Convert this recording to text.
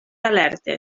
alertes